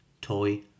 Toy